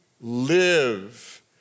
live